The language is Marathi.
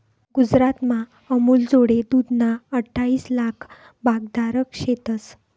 गुजरातमा अमूलजोडे दूधना अठ्ठाईस लाक भागधारक शेतंस